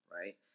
Right